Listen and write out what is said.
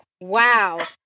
Wow